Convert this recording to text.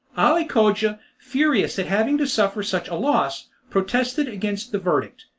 ali cogia, furious at having to suffer such a loss, protested against the verdict,